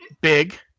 big